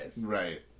Right